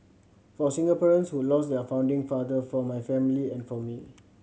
for Singaporeans who lost their founding father for my family and for me